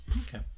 Okay